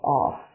off